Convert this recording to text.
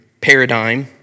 paradigm